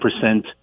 percent